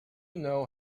know